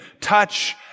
touch